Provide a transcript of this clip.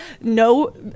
No